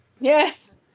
Yes